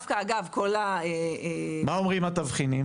שדווקא, אגב, כל --- מה אומרים התבחינים?